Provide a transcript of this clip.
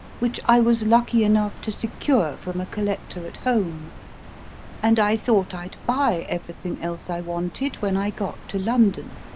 which i was lucky enough to secure from a collector at home and i thought i'd buy everything else i wanted when i got to london.